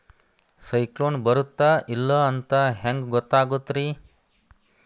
ಸೈಕ್ಲೋನ ಬರುತ್ತ ಇಲ್ಲೋ ಅಂತ ಹೆಂಗ್ ಗೊತ್ತಾಗುತ್ತ ರೇ?